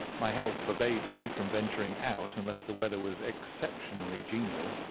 my health forbade me from venturing out unless the weather was exceptionally genial,